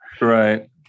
Right